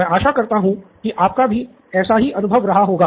मैं आशा करता हूँ कि आपका भी ऐसा ही अनुभव रहा होगा